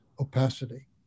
opacity